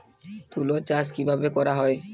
তুলো চাষ কিভাবে করা হয়?